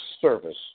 service